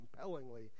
compellingly